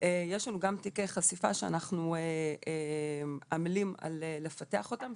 יש לנו גם תיקי חשיפה שאנחנו עמלים על לפתח אותם,